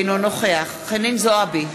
אינו נוכח חנין זועבי,